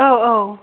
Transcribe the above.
औ औ